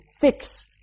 fix